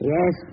Yes